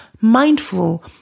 mindful